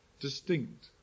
distinct